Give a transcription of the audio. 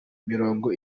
mirongo